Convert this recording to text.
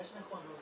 יש נכונות